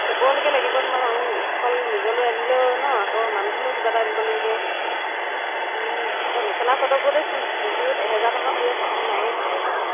চবলৈকে লাগিব ন অঁ অকল নিজলৈ আনিলেও ন আকৌ মানুহটোলৈ কিবা এটা আনিব লাগিব এতিয়া মেখেলা চাদৰবোৰতে চোন এযোৰত এহেজাৰ টকাৰ তলত কাপোৰ নায়ে ভাল কাপোৰ